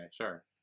sure